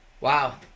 Wow